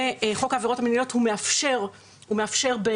חוק העבירות המנהליות מאפשר בנסיבות